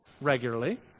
Regularly